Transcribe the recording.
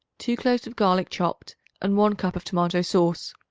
two cloves of garlic chopped and one cup of tomato-sauce.